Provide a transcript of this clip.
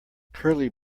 curly